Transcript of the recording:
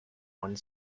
one